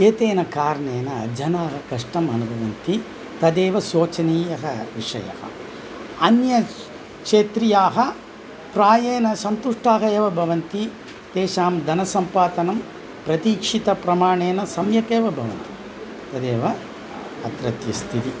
एतेन कारणेन जनाः कष्टम् अनुभवन्ति तदेव सोचनीयः विषयः अन्य क्षेत्रीयाः प्रायेण सन्तुष्टाः एव भवन्ति तेषां धनसम्पादनं प्रतीक्षितप्रमाणेन सम्यक् एव भवति तदेव अत्रत्य स्थितिः